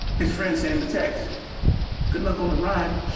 his friend so good look on the ride